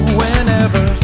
whenever